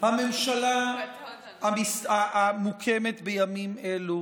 הממשלה המוקמת בימים אלו